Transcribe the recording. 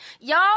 y'all